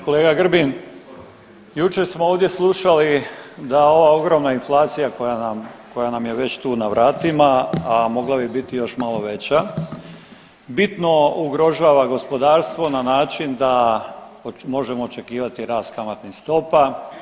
Kolega Grbin, jučer smo ovdje slušali da ova ogromna inflacija koja nam, koja nam je već tu na vratima, a mogla bi biti još malo veća bitno ugrožava gospodarstvo na način da možemo očekivati rast kamatnih stopa.